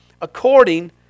according